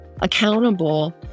accountable